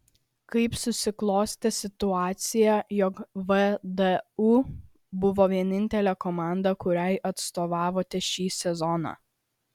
kaip susiklostė situacija jog vdu buvo vienintelė komanda kuriai atstovavote šį sezoną